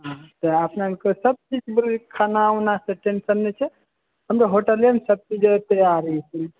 सब किछु के खाना उना के टेन्शन नहि छै होटले मे सब चीज तैयार मिलतै